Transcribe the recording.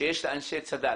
שיש לאנשי צד"ל,